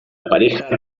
pareja